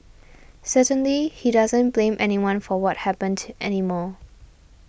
certainly he doesn't blame anyone for what happened to anymore